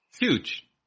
Huge